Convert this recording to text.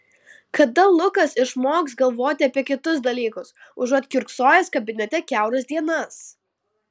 kada lukas išmoks galvoti apie kitus dalykus užuot kiurksojęs kabinete kiauras dienas